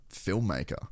filmmaker